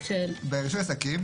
ברישוי עסקים,